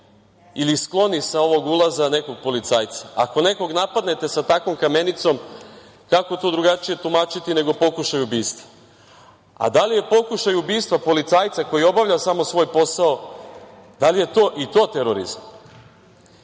ili skloni sa ovog ulaza nekog policajca. Ako nekog napadnete takvom kamenicom kako to drugačije tumačiti nego pokušaj ubistva? Da li je pokušaj ubistva policajca koji obavlja samo svoj posao terorizam? Da li je terorizam